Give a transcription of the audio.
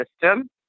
system